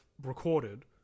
recorded